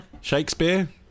Shakespeare